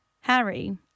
Harry